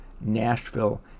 Nashville